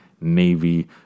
Navy